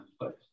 place